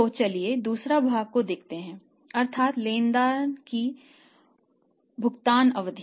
तो चलिए दूसरे भाग को देखते हैं अर्थात् लेनदार की भुगतान अवधि